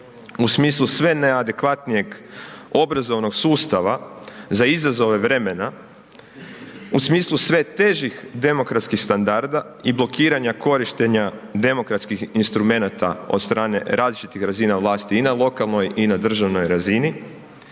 u smislu sve najadekvatnijeg obrazovnog sustava za izazove vremena, u smislu sve težih demokratskih standarda i blokiranja korištenja demokratskih instrumenata od strane različitih razina vlasti i na lokalnoj i na državnoj razini,